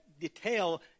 detail